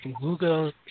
Google